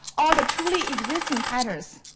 all the truly existing patterns,